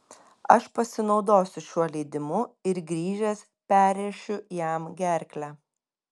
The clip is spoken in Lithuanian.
aš pasinaudosiu šiuo leidimu ir grįžęs perrėšiu jam gerklę